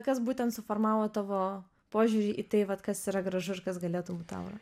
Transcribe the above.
kas būtent suformavo tavo požiūrį į tai vat kas yra gražu ir kas galėtų būt aura